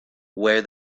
where